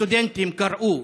הסטודנטים קראו,